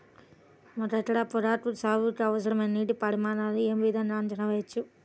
ఒక ఎకరం పొగాకు సాగుకి అవసరమైన నీటి పరిమాణం యే విధంగా అంచనా వేయవచ్చు?